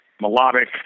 melodic